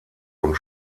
und